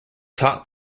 taught